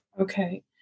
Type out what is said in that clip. Okay